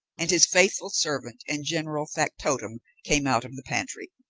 and his faithful servant and general factotum came out of the pantry.